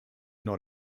not